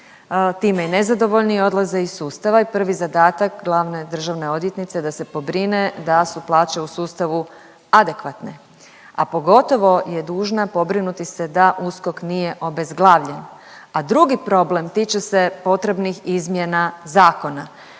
time i nezadovoljni, odlaze iz sustava i prvi zadatak glavne državne odvjetnice je da se pobrine da su plaće u sustavu adekvatne, a pogotovo je dužna pobrinuti se da USKOK nije obezglavljen, a drugi problem tiče se potrebnih izmjena zakona,